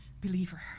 believer